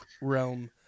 realm